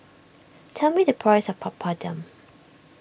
tell me the price of Papadum